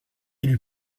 élu